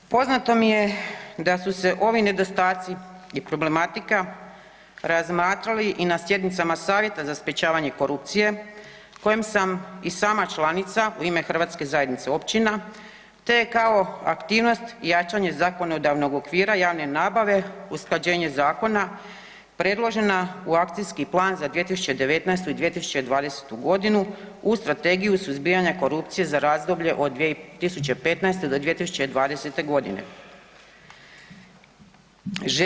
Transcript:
Poznato mi je da su se ovi nedostaci i problematika razmatrali i na sjednicama Savjeta za sprječavanje korupcije kojim sam i članica u ime Hrvatske zajednice općina, te kao aktivnost i jačanje zakonodavnog okvira javne nabave, usklađenje zakona predložena u akcijski plan za 2019. i 2020. godinu u Strategiju suzbijanja korupcije za razdoblje od 2015. do 2020. godine.